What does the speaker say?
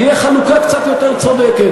תהיה חלוקה קצת יותר צודקת,